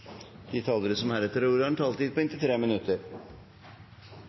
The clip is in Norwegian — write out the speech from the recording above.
De talere som heretter får ordet, har en taletid på inntil 3 minutter.